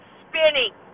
spinning